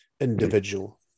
individual